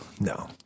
No